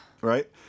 right